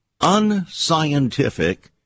unscientific